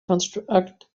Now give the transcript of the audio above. construct